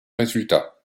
résultat